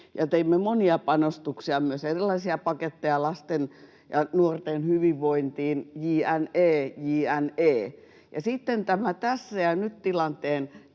teimme monia panostuksia, myös erilaisia paketteja lasten ja nuorten hyvinvointiin jne. jne. Tämä tässä ja nyt ‑tilanteen